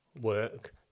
work